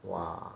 !wah!